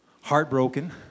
heartbroken